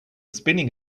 spinning